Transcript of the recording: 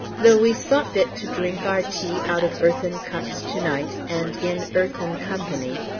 though we saw fit to drink our tea out of earthen cups to-night, and in earthen company,